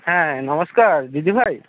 হ্যাঁ নমস্কার দিদিভাই